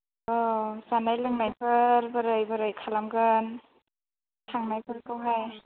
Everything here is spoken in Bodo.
अ जानाय लोंनायफोर बोरै बोरै खालामगोन थांनायफोरखौहाय